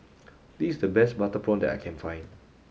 this the best butter prawn that I can find